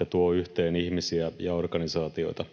ja tuo yhteen ihmisiä ja organisaatioita.